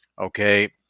Okay